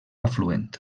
afluent